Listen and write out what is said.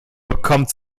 bekommt